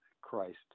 Christ